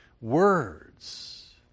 words